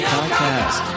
Podcast